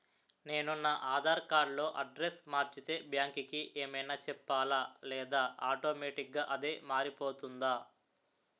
నేను నా ఆధార్ కార్డ్ లో అడ్రెస్స్ మార్చితే బ్యాంక్ కి ఏమైనా చెప్పాలా లేదా ఆటోమేటిక్గా అదే మారిపోతుందా?